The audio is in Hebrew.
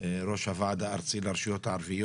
ראש הוועד הארצי לרשויות הערביות.